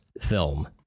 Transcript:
film